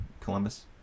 Columbus